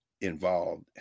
involved